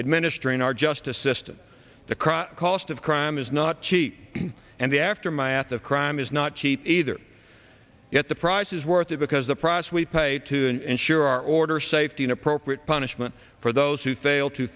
administering our justice system the crime cost of crime is not cheap and the aftermath of crime is not cheap either yet the price is worth it because the process we pay to ensure our order safety an appropriate punishment for those who fail to